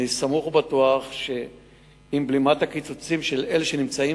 אני סמוך ובטוח שעם בלימת הקיצוצים של אלו שלא נמצאים